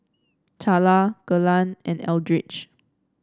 Charla Kelan and Eldridge